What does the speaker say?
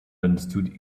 understood